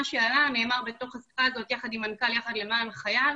מה שעלה נאמר בתוך השיחה הזאת יחד עם מנכ"ל יחד למען החייל